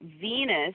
Venus